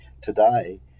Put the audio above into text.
Today